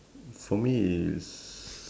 for me it's